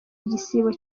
igisibo